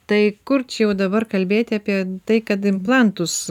tai kur čia jau dabar kalbėti apie tai kad implantus